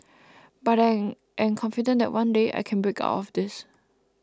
but I am confident that one day I can break out of this